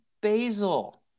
basil